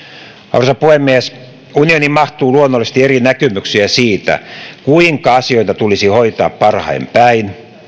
arvoisa puhemies unioniin mahtuu luonnollisesti eri näkemyksiä siitä kuinka asioita tulisi hoitaa parhain päin